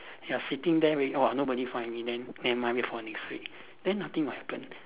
you are sitting there wait orh nobody find me then never mind wait for next week then nothing will happen